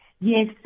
Yes